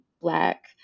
black